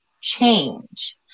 change